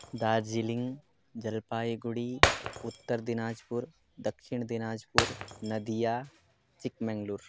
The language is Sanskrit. Darjeeling Jalpaiguri Uttar Dinajpur Dakshin Dinajpur Nadia Chikmagalur